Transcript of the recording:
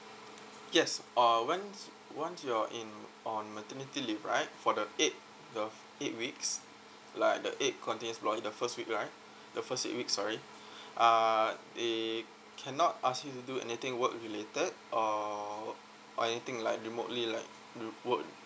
yes uh when once you're in on maternity leave right for the eight the eight weeks like the eight continuous the first week right the first eight weeks sorry uh they cannot ask you to do anything work related or or anything like remotely like work